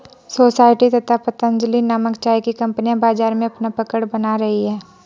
society तथा पतंजलि नामक चाय की कंपनियां बाजार में अपना पकड़ बना रही है